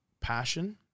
passion